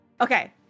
okay